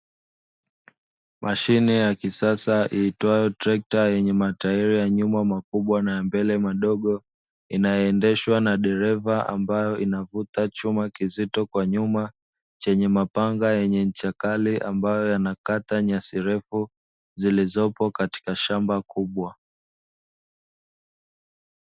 Mashine ya kisasa iitwayo trekta yenye matairi ya nyuma makubwa na ya mbele madogo, inayoendeshwa na dereva, ambayo inavuta chuma kizito kwa nyuma chenye mapanga yenye ncha kali ambayo yanakata nyasi refu, zilizopo katika shamba kubwa.